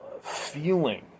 feeling